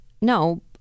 no